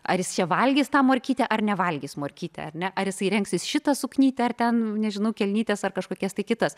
ar jis čia valgys tą morkytę ar nevalgys morkytę ar ne ar jisai rengsis šitą suknytę ar ten nežinau kelnytes ar kažkokias kitas